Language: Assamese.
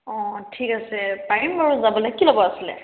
অ ঠিক আছে পাৰিম বাৰু যাবলৈ কি ল'ব আছিলে